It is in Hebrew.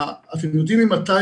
אתם יודעים מתי